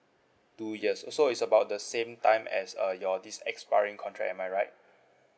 two years oh so is about the same time as uh your this expiring contract am I right